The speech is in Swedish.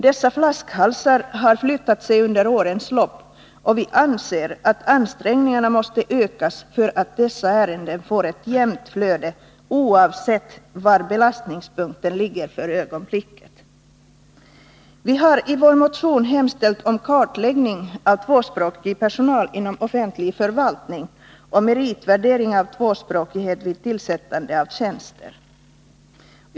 Dessa flaskhalsar har flyttat sig under årens lopp, och vi anser att ansträngningarna måste ökas för att dessa ärenden skall få ett jämnt flöde oavsett var belastningspunkten ligger för ögonblicket. Vi har i vår motion hemställt om kartläggning av tvåspråkig personal inom offentlig förvaltning och meritvärdering av tvåspråkighet vid tillsättande av tjänster.